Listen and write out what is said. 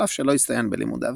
על אף שלא הצטיין בלימודיו.